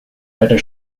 better